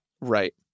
right